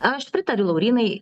aš pritariu laurynai